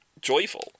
joyful